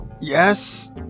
Yes